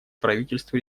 правительству